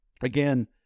again